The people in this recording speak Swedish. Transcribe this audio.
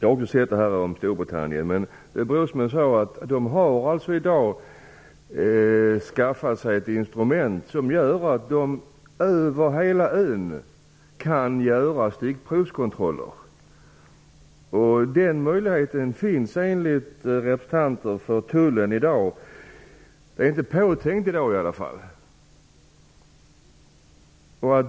Fru talman! Jag har också sett uppgifterna från Storbritannien. Där har man i dag skaffat sig ett instrument som gör att man kan göra stickprovskontroller över hela ön. Den möjligheten är inte påtänkt i dag enligt representanter för Tullen.